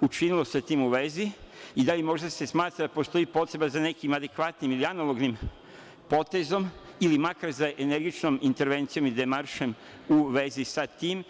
učinilo sa tim u vezi i da li možda se smatra da postoji potreba za nekim adekvatnim ili analognim potezom ili makar za energičnom intervencijom i maršem u vezi sa tim?